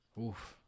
Oof